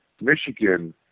Michigan